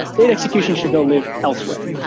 data execution should go live elsewhere.